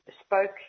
spoke